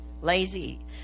Lazy